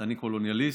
אני קולוניאליסט,